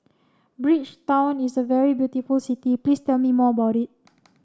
Bridgetown is a very beautiful city please tell me more about it